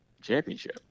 championship